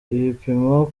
ibipimo